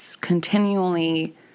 continually